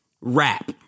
rap